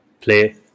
play